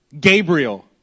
Gabriel